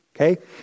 Okay